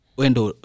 Wendo